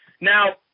Now